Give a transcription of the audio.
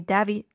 Davy